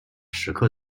石刻